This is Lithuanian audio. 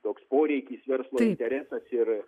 toks poreikis verslo interesas ir